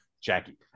Jackie